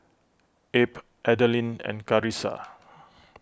Abe Adalyn and Carissa